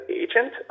agent